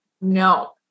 No